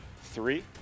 three